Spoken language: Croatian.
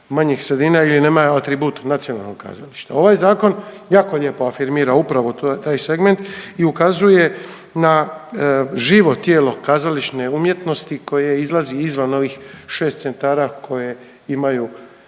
manjih sredina ili nemaju atribut nacionalnog kazališta. Ovaj zakon jako lijepo afirmira upravo taj segment i ukazuje na živo tijelo kazališne umjetnosti koje izlazi izvan ovih šest centara koje imaju